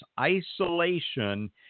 isolation